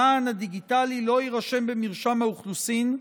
המען הדיגיטלי לא יירשם במרשם האוכלוסין,